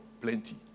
plenty